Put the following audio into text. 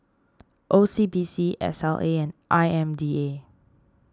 O C B C S L A and I M D A